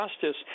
justice